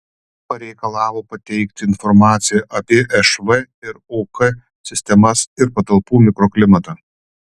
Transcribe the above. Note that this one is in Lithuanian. pareikalavo pateikti informaciją apie šv ir ok sistemas ir patalpų mikroklimatą